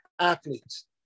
athletes